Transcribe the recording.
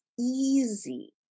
easy